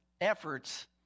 efforts